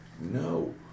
No